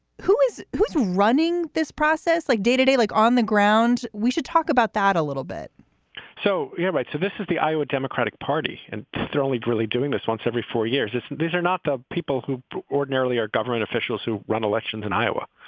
who is who's running this process like day to day like on the ground? we should talk about that a little bit so, yeah, right. so this is the iowa democratic party and they're only really doing this once every four years. and these are not the people who ordinarily are government officials who run elections in iowa.